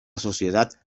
sociedad